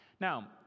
now